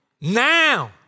now